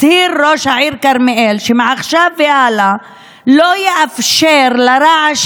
הצהיר ראש העיר כרמיאל שמעכשיו והלאה הוא לא יאפשר לרעש